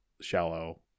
shallow